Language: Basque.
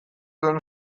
duen